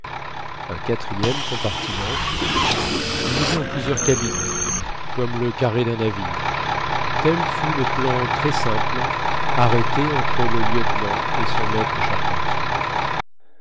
un quatrième compartiment divisé en plusieurs cabines comme le carré d'un navire tel fut le plan très simple arrêté entre le lieutenant et son maître charpentier